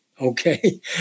Okay